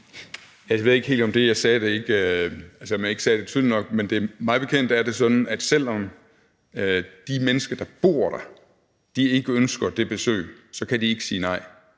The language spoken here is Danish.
Jeg ved ikke helt, om det, jeg sagde, var tydeligt nok, men mig bekendt er det sådan, at selv om de mennesker, der bor der, ikke ønsker det besøg, så kan de ikke sige nej.